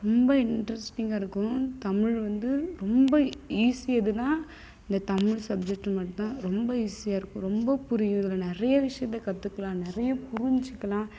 ரொம்ப இன்ட்ரெஸ்டிங்காக இருக்கும் தமிழ் வந்து ரொம்ப ஈசி எதுனா இந்த தமிழ் சப்ஜெக்ட் மட்டுந்தான் ரொம்ப ஈசியாக இருக்கும் ரொம்ப புரியும் இதுல நிறைய விஷயத்த கற்றுக்கலாம் நிறைய புரிஞ்சிக்கலாம்